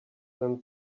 them